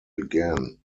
began